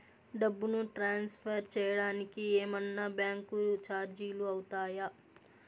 డబ్బును ట్రాన్స్ఫర్ సేయడానికి ఏమన్నా బ్యాంకు చార్జీలు అవుతాయా?